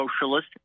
Socialist